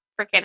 freaking